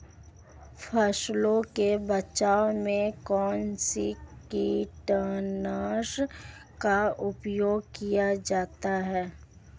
फसलों के बचाव में कौनसा कीटनाशक का उपयोग किया जाता है?